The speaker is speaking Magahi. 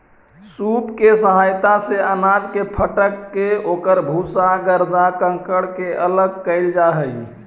सूप के सहायता से अनाज के फटक के ओकर भूसा, गर्दा, कंकड़ के अलग कईल जा हई